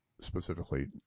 specifically